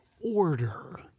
order